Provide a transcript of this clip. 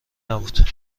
نبود